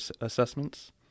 assessments